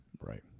Right